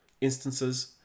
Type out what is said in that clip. instances